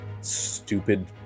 stupid